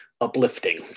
uplifting